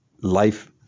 life